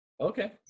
okay